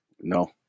No